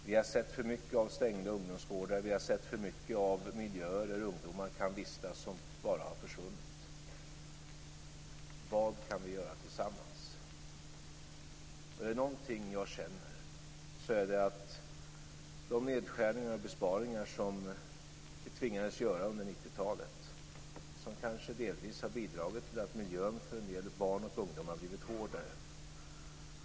Vi har sett för mycket av stängda ungdomsgårdar. Vi har sett för mycket av att miljöer där ungdomar kan vistas bara har försvunnit. Vad kan vi göra tillsammans? De nedskärningar och besparingar som vi tvingades göra under 1990-talet har kanske delvis bidragit till att miljön för en del barn och ungdomar har blivit hårdare.